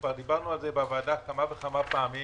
כבר דיברנו על זה בוועדה כמה וכמה פעמים